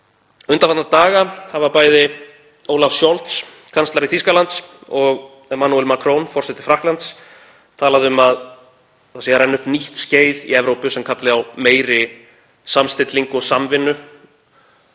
Undanfarna daga hafa bæði Olaf Scholz, kanslari Þýskalands, og Emmanuel Macron, forseti Frakklands, talað um að nýtt skeið sé að renna upp í Evrópu sem kalli á meiri samstillingu og samvinnu